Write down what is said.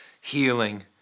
healing